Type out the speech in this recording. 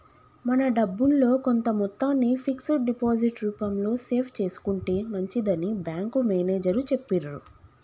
మన డబ్బుల్లో కొంత మొత్తాన్ని ఫిక్స్డ్ డిపాజిట్ రూపంలో సేవ్ చేసుకుంటే మంచిదని బ్యాంకు మేనేజరు చెప్పిర్రు